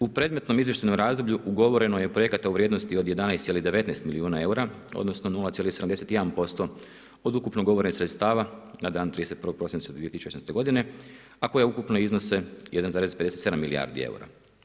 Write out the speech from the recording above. U predmetnom izvještajnom razdoblju ugovoreno je projekata u vrijednosti od 11,19 milijuna eura, odnosno 071% od ukupno ugovorenih sredstava na dan 31. prosinca 2016. godine a koja ukupno iznose 1,57 milijardi eura.